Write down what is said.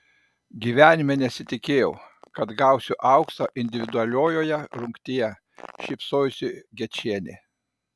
gyvenime nesitikėjau kad gausiu auksą individualiojoje rungtyje šypsosi gečienė